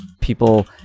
people